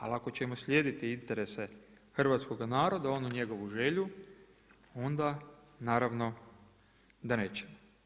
Ali ako ćemo slijediti interese hrvatskoga naroda, onu njegovu želju, onda naravno da nećemo.